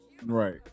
right